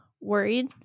worried